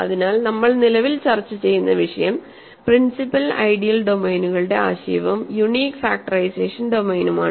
അതിനാൽ നമ്മൾ നിലവിൽ ചർച്ച ചെയ്യുന്ന വിഷയം പ്രിൻസിപ്പൽ ഐഡിയൽ ഡൊമെയ്നുകളുടെ ആശയവും യൂണിക് ഫാക്ടറൈസേഷൻ ഡൊമെയ്നുമാണ്